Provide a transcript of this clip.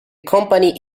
company